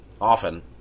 often